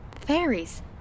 Fairies